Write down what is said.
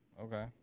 Okay